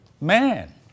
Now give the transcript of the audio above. man